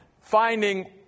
finding